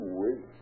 wait